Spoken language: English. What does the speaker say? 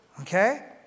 okay